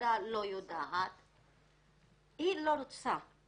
שהמשטרה לא יודעת אלא היא לא רוצה.